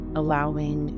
allowing